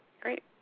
Great